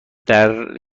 درب